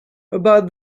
about